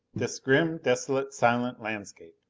this grim, desolate, silent landscape!